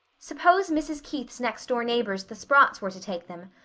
suppose mrs. keith's next door neighbors, the sprotts, were to take them.